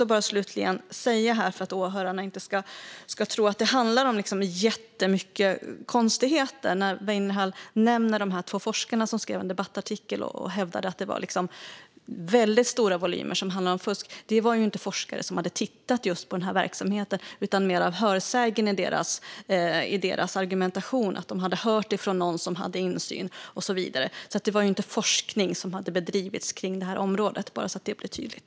Jag vill slutligen säga någonting för att åhörarna inte ska tro att det handlar om jättemycket konstigheter. Weinerhall nämnde två forskare som skrev en debattartikel och hävdade att fusket handlade om väldigt stora volymer. Detta var inte forskare som hade tittat just på den här verksamheten, utan det var mer av hörsägen i deras argumentation - de hade hört från någon som hade insyn och så vidare. Det var inte forskning som hade bedrivits kring det här området; jag vill att det blir tydligt.